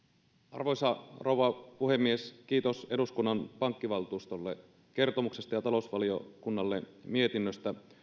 arvoisa rouva puhemies kiitos eduskunnan pankkivaltuustolle kertomuksesta ja talousvaliokunnalle mietinnöstä